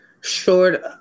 short